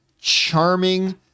charming